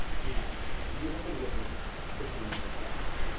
and you have been witness to pain and suffering.